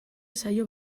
saio